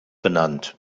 benannt